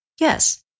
Yes